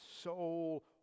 soul